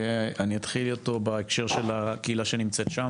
אני אתחיל אותו בהקשר של הקהילה שנמצאת שם,